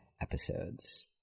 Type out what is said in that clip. episodes